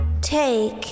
Take